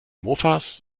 mofas